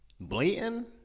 Blatant